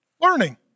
Learning